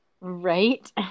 Right